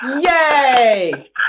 Yay